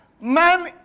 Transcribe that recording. man